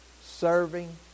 serving